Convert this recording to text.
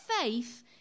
faith